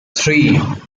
three